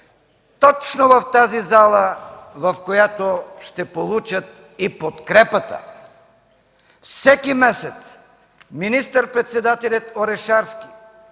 точно в тази зала, в която ще получат и подкрепата. Всеки месец министър-председателят Орешарски